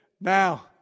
Now